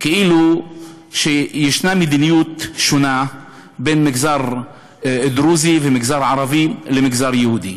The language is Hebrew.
כאילו יש מדיניות שונה למגזר הדרוזי והמגזר הערבי ולמגזר היהודי.